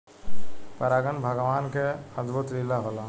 परागन भगवान के अद्भुत लीला होला